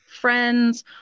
friends